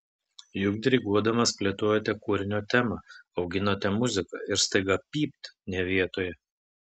juk diriguodamas plėtojate kūrinio temą auginate muziką ir staiga pypt ne vietoje